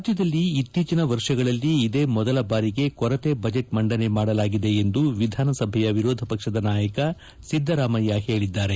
ರಾಜ್ಞದಲ್ಲಿ ಇತ್ತೀಚಿನ ವರ್ಷಗಳಲ್ಲಿ ಇದೇ ಮೊದಲ ಬಾರಿಗೆ ಪ್ರಸಕ್ತ ವರ್ಷ ಕೊರತೆ ಬಜೆಟ್ ಮಂಡನೆ ಮಾಡಲಾಗಿದೆ ಎಂದು ವಿಧಾನಸಭೆಯ ವಿರೋಧ ಪಕ್ಷದ ನಾಯಕ ಸಿದ್ದರಾಮಯ್ಯ ಹೇಳಿದ್ದಾರೆ